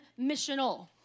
missional